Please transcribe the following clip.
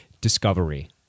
Discovery